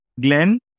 Glenn